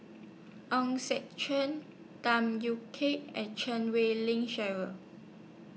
Hong Sek Chern Tham Yui Kai and Chan Wei Ling Cheryl